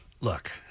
look